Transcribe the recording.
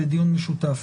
לדיון משותף.